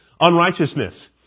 unrighteousness